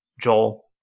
Joel